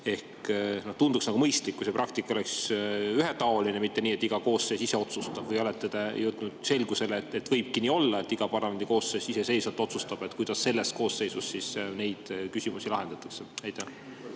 Ehk tunduks nagu mõistlik, kui see praktika oleks ühetaoline, mitte nii, et iga koosseis ise otsustab. Või olete te jõudnud selgusele, et võibki nii olla, et iga parlamendi koosseis iseseisvalt otsustab, kuidas selles koosseisus neid küsimusi lahendatakse?